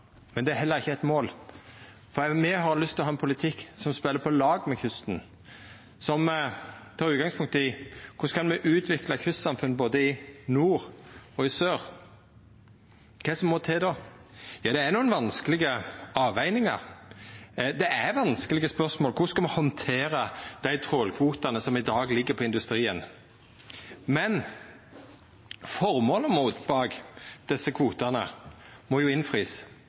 men det er heller ikkje eit mål. For også me har lyst til å ha ein politikk som spelar på lag med kysten, og som tek utgangspunkt i: Korleis kan me utvikla kystsamfunna både i nord og i sør? Kva er det som må til då? Det er nokre vanskelege avvegingar. Det er vanskelege spørsmål: Korleis skal me handtera dei trålkvotane som i dag ligg hos industrien? Men føremålet bak desse kvotane må